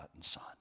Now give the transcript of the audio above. son